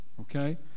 Okay